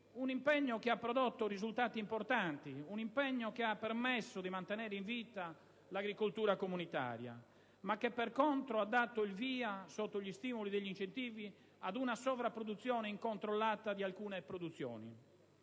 Un impegno che ha prodotto risultati importanti, che ha permesso di mantenere in vita l'agricoltura comunitaria, ma che per contro ha dato il via, sotto gli stimoli degli incentivi, ad una sovrapproduzione incontrollata di alcune produzioni.